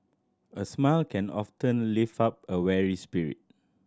a smile can often lift up a weary spirit